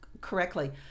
correctly